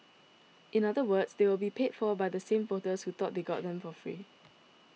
in other words they will be paid for by the same voters who thought they got them for free